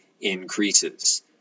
increases